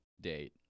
date